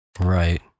Right